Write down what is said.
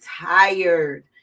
tired